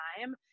time